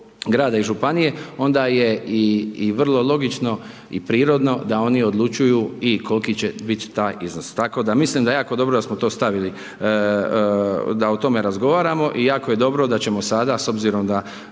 grada i županije, onda je i vrlo logično i prirodno da oni odlučuju i koliki će bit taj iznos, tako da mislim da je jako dobro da smo to stavili da o tome razgovaramo i jako je dobro da ćemo sada s obzirom da